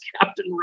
Captain